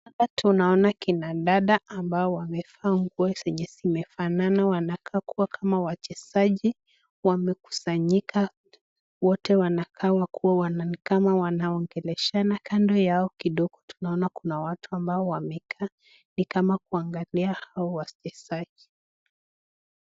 Hapa tunaona kina dada ambao wamevaa nguo zenye zimefanana wanakaa kuwa kama wachezaji. Wamekusanyika wote wanakaa kuwa nikama wanaongeleshana kando yao kidogo tunaona kuna watu ambao wamekaa nikama kuangalia hao wachezaji.